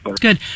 Good